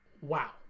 wow